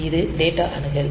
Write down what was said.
இது தடேட்டா அணுகல்